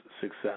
Success